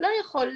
לא יכול,